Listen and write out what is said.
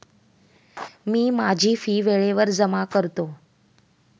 मी माझी फी वेळेवर जमा करतो